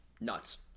Nuts